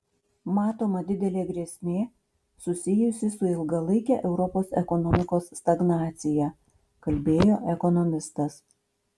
matoma didelė grėsmė susijusi su ilgalaike europos ekonomikos stagnacija kalbėjo ekonomistas